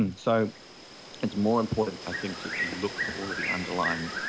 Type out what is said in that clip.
and so it's more important, i think, just to look for all of the underlying